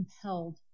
compelled